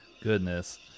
goodness